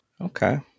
Okay